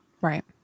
right